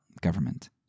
government